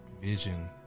vision